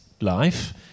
life